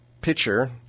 pitcher